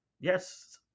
Yes